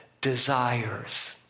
desires